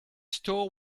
store